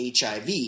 HIV